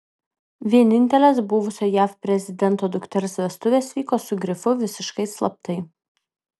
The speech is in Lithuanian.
vienintelės buvusio jav prezidento dukters vestuvės vyko su grifu visiškai slaptai